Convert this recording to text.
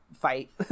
fight